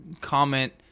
comment